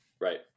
Right